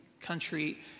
country